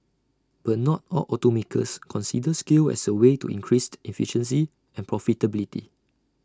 but not all automakers consider scale as A way to increased efficiency and profitability